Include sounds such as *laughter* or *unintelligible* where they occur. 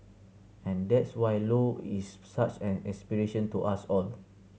and that's why Low is *unintelligible* such an inspiration to us all